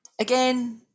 again